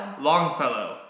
Longfellow